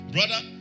Brother